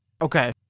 Okay